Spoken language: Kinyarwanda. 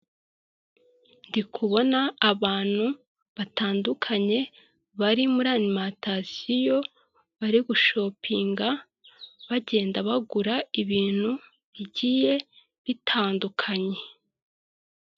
Ndikubona abantu batandukanye bari muri arimatasioyo bari gushopinga, bagenda bagura ibintu bigiye bitandukanye.